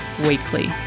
weekly